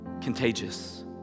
contagious